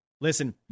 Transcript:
Listen